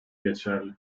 geçerli